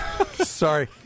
Sorry